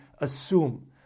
assume